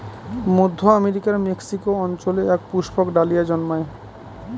মধ্য আমেরিকার মেক্সিকো অঞ্চলে এক পুষ্পক ডালিয়া জন্মায়